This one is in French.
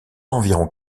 environ